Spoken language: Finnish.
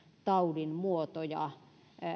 taudin muotoja